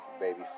baby